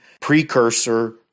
precursor